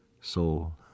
soul